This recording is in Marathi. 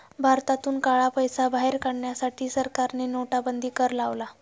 भारतातून काळा पैसा बाहेर काढण्यासाठी सरकारने नोटाबंदी कर लावला